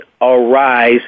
Arise